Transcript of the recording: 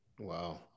Wow